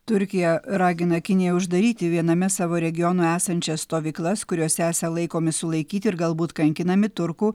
turkija ragina kiniją uždaryti viename savo regionų esančias stovyklas kuriose esą laikomi sulaikyti ir galbūt kankinami turkų